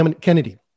Kennedy